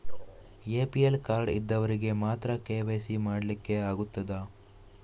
APL card ಇದ್ದವರಿಗೆ ಮಾತ್ರ KYC ಮಾಡಲಿಕ್ಕೆ ಆಗುತ್ತದಾ?